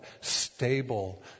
stable